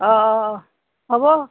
অঁ অঁ অঁ হ'ব